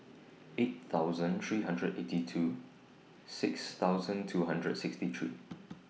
eight thousand three hundred eighty two six thousand two hundred and sixty three